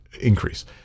increase